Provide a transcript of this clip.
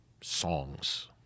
songs